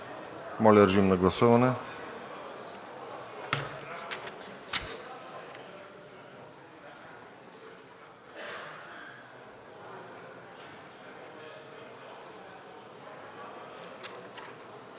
Моля, режим на гласуване.